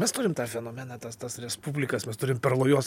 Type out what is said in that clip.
mes turim tą fenomeną tas tas respublikas mes turim perlojos